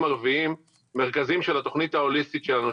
ערביים מרכזים של התוכנית ההוליסטית שלנו,